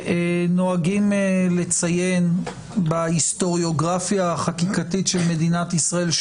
נוהגים לציין בהיסטוריוגרפיה החקיקתית של מדינת ישראל,